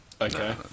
Okay